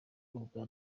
ubwa